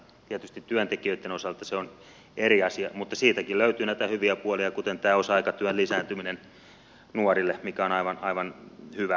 tietysti työntekijöitten osalta se on eri asia mutta siitäkin löytyy näitä hyviä puolia kuten osa aikatyön lisääntyminen nuorille mikä on aivan hyvä